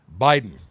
Biden